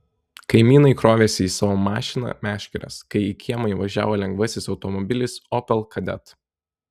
kaimynai krovėsi į savo mašiną meškeres kai į kiemą įvažiavo lengvasis automobilis opel kadett